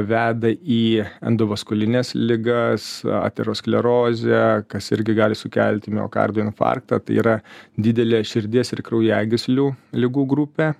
veda į endovaskulines ligas aterosklerozę kas irgi gali sukelti miokardo infarktą tai yra didelė širdies ir kraujagyslių ligų grupė